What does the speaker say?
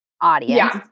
audience